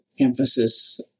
emphasis